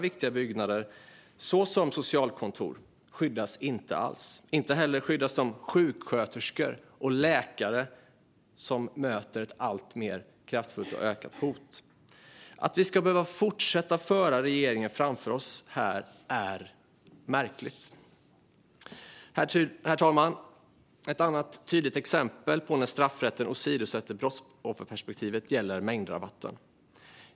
Viktiga byggnader, såsom socialkontor, skyddas inte. Inte heller skyddas de sjuksköterskor och läkare som möter ett ökande hot. Att vi ska behöva fortsätta föra regeringen framför oss här är märkligt. Herr talman! Ett annat tydligt exempel på när straffrätten åsidosätter brottsofferperspektivet gäller mängdrabatten.